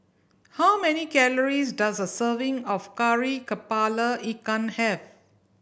how many calories does a serving of Kari Kepala Ikan have